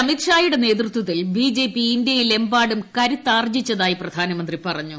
അമിത് ഷായുടെ നേതൃത്തിൽ ബിജെപി ഇന്ത്യയിലെമ്പാടും കരുത്താർജ്ജിച്ചതായി പ്രധാനമന്ത്രി പറഞ്ഞു